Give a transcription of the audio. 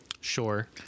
sure